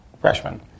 freshman